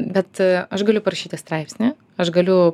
bet aš galiu parašyti straipsnį aš galiu